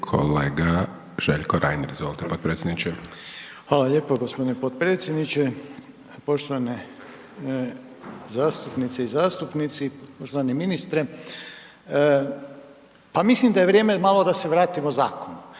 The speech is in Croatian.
kolega Željko Reiner, izvolite potpredsjedniče. **Reiner, Željko (HDZ)** Hvala lijepo g. potpredsjedniče. Poštovane zastupnice i zastupnici, poštovani ministre. Pa mislim da je vrijeme malo da se vratimo zakonu.